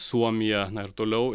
suomiją na ir toliau